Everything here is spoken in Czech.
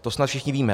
To snad všichni víme.